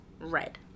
red